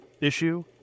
issue